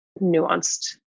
nuanced